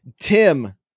Tim